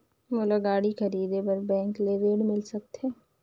मोला गाड़ी खरीदे बार बैंक ले ऋण मिल सकथे?